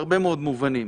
בהרבה מאוד מובנים.